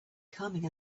coming